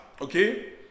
Okay